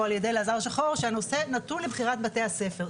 על ידי אלעזר שחור שהנושא נתון לבחירת בתי הספר.